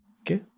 Okay